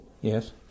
Yes